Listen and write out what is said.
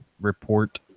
report